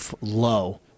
low